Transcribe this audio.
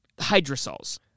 Hydrosols